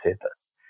purpose